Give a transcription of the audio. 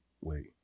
wait